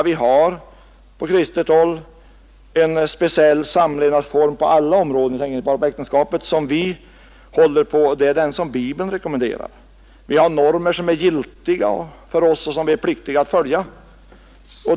Vi har på kristet håll en speciell samlevnadsform — inte bara inom äktenskapet — som vi håller på, och det är den som bibeln rekommenderar. Vi har normer som är giltiga för oss och som vi är pliktiga att följa.